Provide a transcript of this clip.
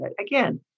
again